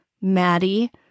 Maddie